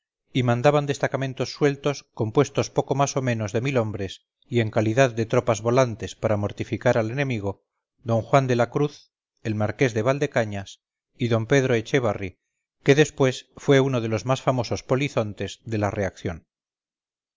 y mandaban destacamentos sueltos compuestos poco más o menos de mil hombres y en calidad de tropas volantes para mortificar al enemigo d juan de la cruz el marqués de valdecañas y d pedro echévarri que después fue uno de los más famosos polizontes de la reacción